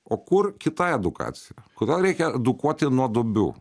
o kur kita edukacija kodėl reikia edukuoti nuo duobių